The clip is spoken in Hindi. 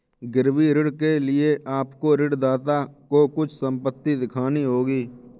गिरवी ऋण के लिए आपको ऋणदाता को कुछ संपत्ति दिखानी होगी